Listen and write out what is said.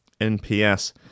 NPS